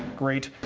great.